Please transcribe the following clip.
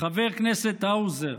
חבר הכנסת האוזר,